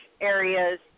areas